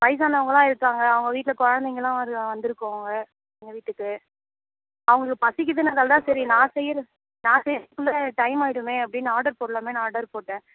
வயிசானவங்கலாம் இருக்காங்க அவங்க வீட்டில் குழந்தைங்களும் வரு வந்துயிருக்காங்க எங்கள் வீட்டுக்கு அவங்களுக்கு பசிக்கிதுங்கிறனால தான் சரி நான் செய்யற நான் செய்யிறத்துக்குள்ளே டைம் ஆயிடுமே அப்படின்னு ஆர்டர் போடலாமேன்னு ஆர்டர் போட்டேன்